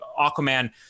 Aquaman